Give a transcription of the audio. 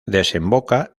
desemboca